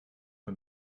von